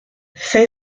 say